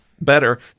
better